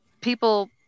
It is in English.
people